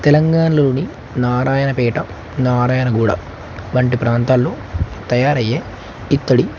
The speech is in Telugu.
తెలంగాణలోని నారాయణపేట నారాయణగూడ వంటి ప్రాంతాల్లో తయారయ్యే ఇత్తడి